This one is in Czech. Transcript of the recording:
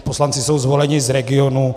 Poslanci jsou zvoleni z regionů.